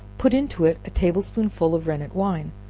put into it a table-spoonful of rennet wine,